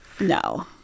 No